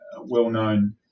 well-known